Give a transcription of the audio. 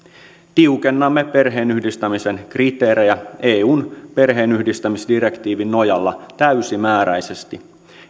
tiukennamme perheenyhdistämisen kriteerejä eun perheenyhdistämisdirektiivin nojalla täysimääräisesti